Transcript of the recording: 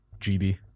GB